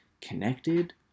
connected